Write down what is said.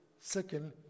second